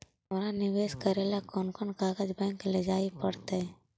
हमरा निवेश करे ल कोन कोन कागज बैक लेजाइ पड़तै?